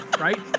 Right